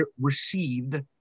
received